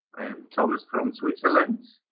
i am thomas from switzerland,